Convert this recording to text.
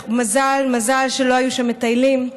מזל, מזל שלא היו שם מטיילים.